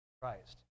Christ